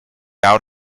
out